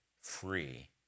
free